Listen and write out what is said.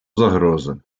загрози